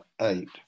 eight